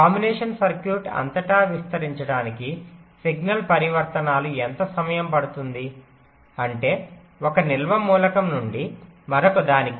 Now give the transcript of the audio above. combination circuit అంతటా విస్తరించడానికి signal పరివర్తనాలు ఎంత సమయం పడుతుంది అంటే 1 నిల్వ మూలకం నుండి మరొకదానికి